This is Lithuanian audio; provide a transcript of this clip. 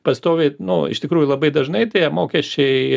pastoviai nu iš tikrųjų labai dažnai tie mokesčiai